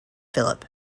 philip